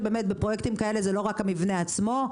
בפרויקטים כאלה זה לא רק המבנה עצמו.